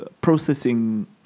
processing